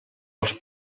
als